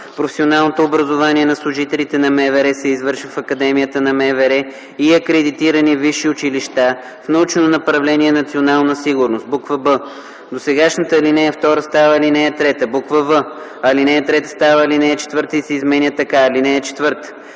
Професионалното образование на служителите на МВР се извършва в Академията на МВР и акредитирани висши училища в научно направление „Национална сигурност”. б) досегашната ал. 2 става ал. 3. в) алинея 3 става ал. 4 и се изменя така: „(4)